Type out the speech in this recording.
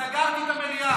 סגרתי את המליאה.